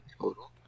total